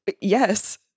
Yes